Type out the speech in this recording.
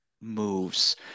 moves